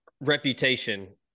reputation